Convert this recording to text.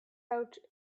out